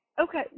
Okay